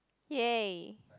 yay